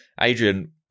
Adrian